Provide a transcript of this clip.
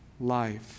life